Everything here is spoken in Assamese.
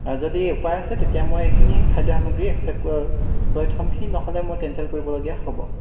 আৰু যদি উপায় আছে তেতিয়া মই এইখিনি খাদ্য সামগ্ৰী একচেপ্ট কৰ লৈ থ'ম এইখিনি নহ'লে মই কেনচেল কৰিবলগীয়া হ'ব